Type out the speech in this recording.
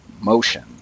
motion